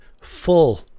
full